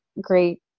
great